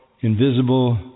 invisible